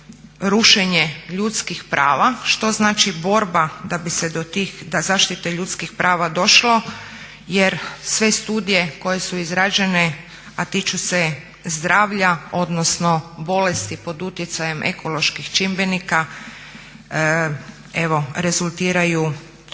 rušenje ljudskih prava, što znači borba da bi se došlo do zaštite ljudskih prava jer sve studije koje su izrađene, a tiču se zdravlja odnosno bolesti pod utjecajem ekoloških čimbenika evo rezultiraju